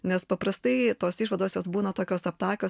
nes paprastai tos išvados jos būna tokios aptakios